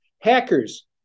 Hackers